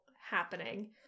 happening